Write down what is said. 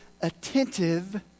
attentive